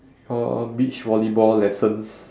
uh beach volleyball lessons